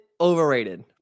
overrated